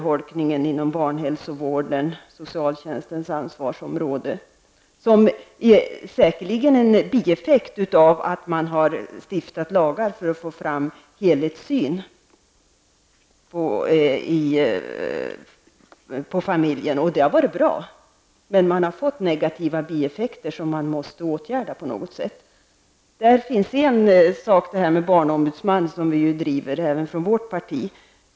Denna urholkning är säkerligen en bieffekt av att man har stiftat lagar för att få fram en helhetssyn på familjen. Det har varit bra, men det har också fått negativa bieffekter som på något sätt måste åtgärdas. Även vårt parti driver frågan om en barnombudsman.